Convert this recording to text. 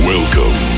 Welcome